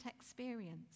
experience